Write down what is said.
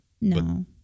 no